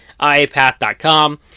iapath.com